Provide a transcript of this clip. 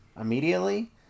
immediately